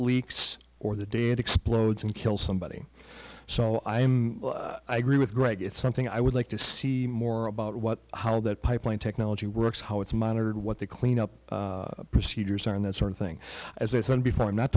leaks or the day it explodes and kill somebody so i'm i agree with greg it's something i would like to see more about what how that pipeline technology works how it's monitored what the clean up procedures are and that sort of thing as i said before i'm not